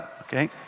Okay